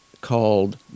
called